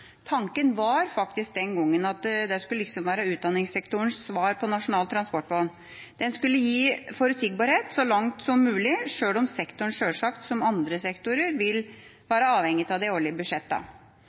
Tanken var faktisk den gangen at det skulle være utdanningssektorens svar på Nasjonal transportplan. Den skulle gi forutsigbarhet så langt som mulig, sjøl om sektoren sjølsagt – som andre sektorer – vil være avhengig av de årlige